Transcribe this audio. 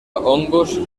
hongos